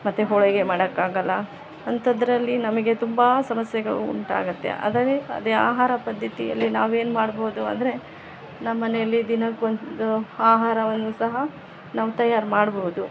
ಮತ್ತು ಹೋಳಿಗೆ ಮಾಡೊಕ್ ಆಗೊಲ್ಲ ಅಂಥದ್ರಲ್ಲಿ ನಮಗೆ ತುಂಬ ಸಮಸ್ಯೆಗಳು ಉಂಟಾಗುತ್ತೆ ಅದರಲ್ಲಿ ಅದೇ ಆಹಾರ ಪದ್ದತಿಯಲ್ಲಿ ನಾವೇನು ಮಾಡ್ಬೌದು ಅಂದರೆ ನಮ್ಮ ಮನೆಯಲ್ಲಿ ದಿನಕ್ಕೊಂದು ಆಹಾರವನ್ನು ಸಹ ನಾವು ತಯಾರು ಮಾಡ್ಬೌದು